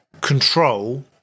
control